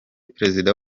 perezida